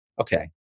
Okay